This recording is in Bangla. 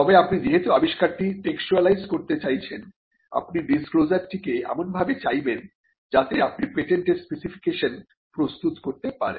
তবে আপনি যেহেতু আবিষ্কারটি টেক্সচুয়ালাইজ করতে চাইছেন আপনি ডিসক্লোজারটিকে এমনভাবে চাইবেন যাতে আপনি পেটেন্ট এর স্পেসিফিকেশন প্রস্তুত করতে পারেন